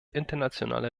internationale